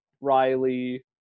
Riley